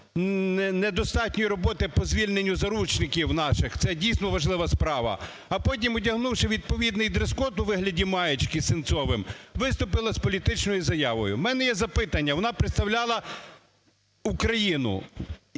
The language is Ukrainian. недостатньої роботи по звільненню заручників наших, це дійсно важлива справа. А потім, одягнувши відповідний дрес-код у вигляді маєчки з Сенцовим, виступила з політичною заявою. У мене є запитання. Вона представляла Україну.